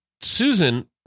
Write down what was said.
susan